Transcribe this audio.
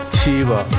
Shiva